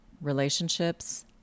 relationships